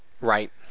Right